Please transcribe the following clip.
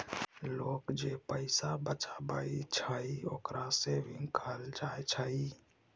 लोक जे पैसा बचाबइ छइ, ओकरा सेविंग कहल जाइ छइ